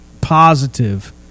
positive